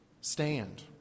stand